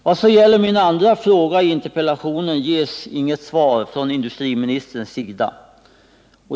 På min andra fråga i interpellationen ges inget svar från industriministern.